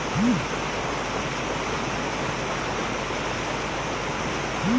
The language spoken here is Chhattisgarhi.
कोनो भी मनसे ह जमीन जघा लेके निवेस करथे ओमा बरोबर ओला मुनाफा होथे ही